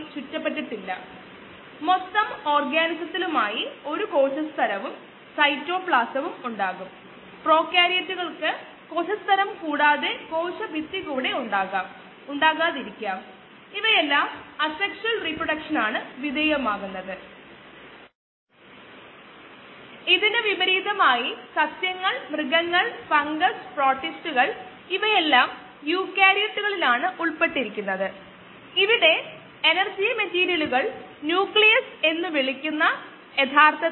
ബാച്ചിന്റെ ആരംഭം മുതൽ ഒരു നിശ്ചിത സെൽ സാന്ദ്രത x ൽ എത്തുന്നതിനുള്ള ബാച്ച് ആരംഭിക്കുന്നതിനുള്ള ആകെ സമയം ഇപ്രകാരമാണ് t1mαln xx0 βln YxSS0x0 xYxSS0 t0 Where αKSYxSYxSS0x0YxSS0x0 βKSYxSYxSS0x0 ഇത് കാണിക്കാൻ ബീജഗണിതത്തിന് അൽപ്പം സമയമെടുക്കും നമ്മൾ ഗണിതത്തിൽ നല്ലയാളാണെങ്കിൽ താൽപ്പര്യമുള്ളവർ കുറച്ചു കൂടി വിശകലനം ചെയ്തു ഇതു തന്നെയാണെന്നു ഉറപ്പു വരുത്തുക